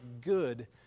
good